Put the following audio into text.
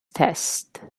test